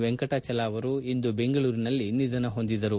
ವೆಂಕಟಾಚಲ ಅವರು ಇಂದು ಬೆಂಗಳೂರಿನಲ್ಲಿ ನಿಧನ ಹೊಂದಿದರು